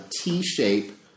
T-shape